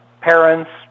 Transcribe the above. parents